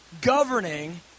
governing